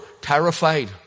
terrified